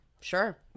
sure